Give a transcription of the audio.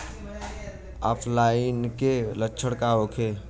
ऑफलाइनके लक्षण का होखे?